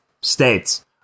states